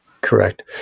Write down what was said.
Correct